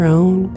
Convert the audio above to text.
own